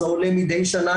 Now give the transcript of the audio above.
זה עולה מידי שנה,